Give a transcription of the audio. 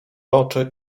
oczy